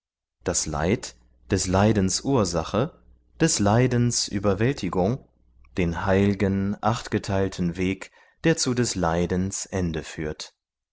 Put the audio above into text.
das leid des leidens ursache des leidens überwältigung den heil'gen achtgeteilten weg der zu des leidens ende führt